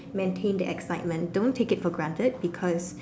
maintain that excitement don't take it for granted because